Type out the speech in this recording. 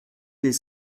les